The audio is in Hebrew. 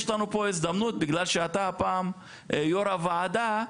יש לנו פה הזדמנות בגלל שאתה הפעם יושב ראש הוועדה,